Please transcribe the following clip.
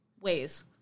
ways